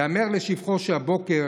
ייאמר לשבחו שהבוקר,